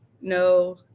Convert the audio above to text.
no